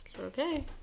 Okay